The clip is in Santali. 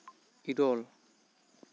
ᱤᱨᱚᱞ